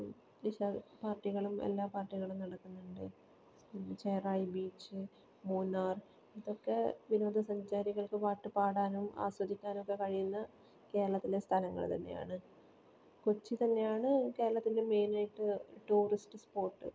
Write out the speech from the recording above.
അപ്പം നിശാപാർട്ടികളും എല്ലാ പാർട്ടികളും നടക്കാറുണ്ട് ചെറായി ബീച്ച് മൂന്നാർ ഇതൊക്കെ വിനോദസഞ്ചാരികൾക്ക് പാട്ടുപാടാനും ആസ്വദിക്കാനും ഒക്കെ കഴിയുന്ന കേരളത്തിലെ സ്ഥലങ്ങൾ തന്നെയാണ് കൊച്ചി തന്നെയാണ് കേരളത്തിൻ്റെ മെയിൻ ആയിട്ട് ടൂറിസ്റ്റ് സ്പോർട്